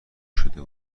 شده